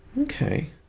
okay